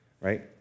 right